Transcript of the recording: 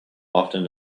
often